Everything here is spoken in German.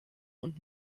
und